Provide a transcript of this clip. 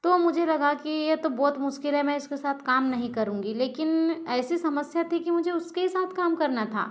तो मुझे लगा कि ये तो बहुत मुश्किल है मैं इसके साथ काम नहीं करूँगी लेकिन ऐसी समस्या थी कि मुझे उसके ही साथ काम करना था